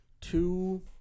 two